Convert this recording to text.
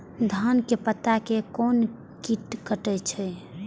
धान के पत्ता के कोन कीट कटे छे?